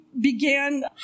began